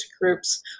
groups